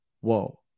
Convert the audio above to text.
whoa